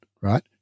right